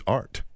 art